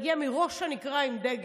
היא הגיעה מראש הנקרה עם דגל.